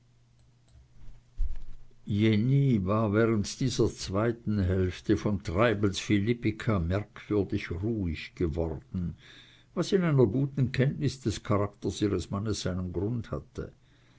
war während dieser zweiten hälfte von treibels philippika merkwürdig ruhig geworden was in einer guten kenntnis des charakters ihres mannes seinen grund hatte